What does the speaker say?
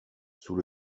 sous